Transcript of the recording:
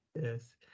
Yes